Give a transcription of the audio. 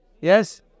Yes